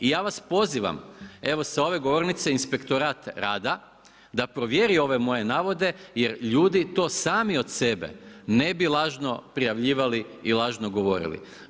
I ja vas pozivam, evo sa ove govornice inspektorat rada, da provjeri ove moje navode, jer ljudi to sami od sebe ne bi lažno prijavljivali i lažno govorili.